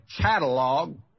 catalog